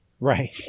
Right